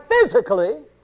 physically